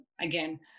again